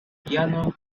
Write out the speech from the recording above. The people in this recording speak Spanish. piano